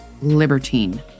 libertine